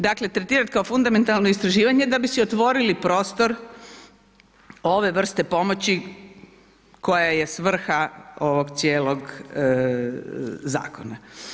Dakle tretirati kao fundamentalno istraživanje da bi si otvorili prostor ove vrste pomoći koja je svrha ovog cijelog zakona.